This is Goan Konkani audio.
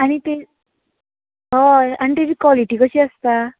आनी तें हय आनी ताची कोलीटी कशी आसता